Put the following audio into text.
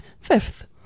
Fifth